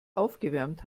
aufgewärmt